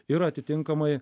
ir atitinkamai